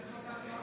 הכנסת)